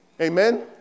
Amen